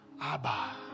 Abba